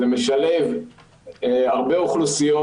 זה משלב הרבה אוכלוסיות,